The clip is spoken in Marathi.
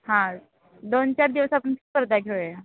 हां दोन चार दिवस आपण स्पर्धा घेऊया